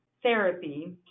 therapy